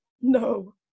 No